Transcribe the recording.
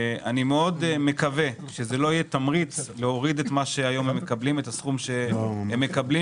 אני מאוד מקווה שזה לא יהיה תמריץ להוריד את הסכום שהם מקבלים,